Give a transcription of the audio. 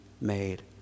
made